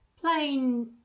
plain